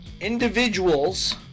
individuals